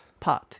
pot 。